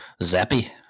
Zappy